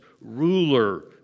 ruler